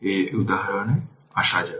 এই উদাহরণে আসা যাক